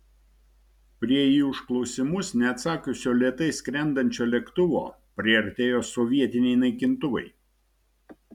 prie į užklausimus neatsakiusio lėtai skrendančio lėktuvo priartėjo sovietiniai naikintuvai